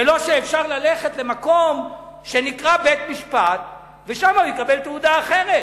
ולא שאפשר ללכת למקום שנקרא בית-משפט ושם הוא יקבל תעודה אחרת.